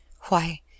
Why